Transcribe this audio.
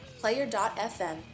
Player.fm